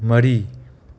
ꯃꯔꯤ